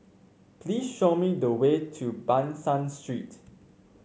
please show me the way to Ban San Street